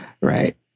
right